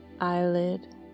eyelid